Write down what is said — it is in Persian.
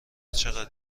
چقدر